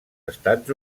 estats